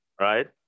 Right